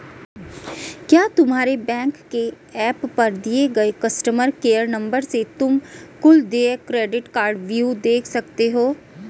क्या तुम्हारे बैंक के एप पर दिए गए कस्टमर केयर नंबर से तुम कुल देय क्रेडिट कार्डव्यू देख सकते हो?